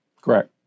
Correct